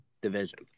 division